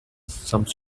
some